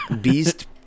beast